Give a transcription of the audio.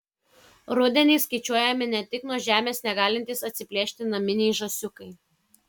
rudenį skaičiuojami ne tik nuo žemės negalintys atsiplėšti naminiai žąsiukai